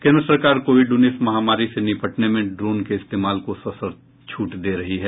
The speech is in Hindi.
केंद्र सरकार कोविड उन्नीस महामारी से निपटने में ड्रोन के इस्तेमाल को सशर्त छूट देरही है